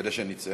כדי שנצא.